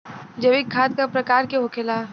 जैविक खाद का प्रकार के होखे ला?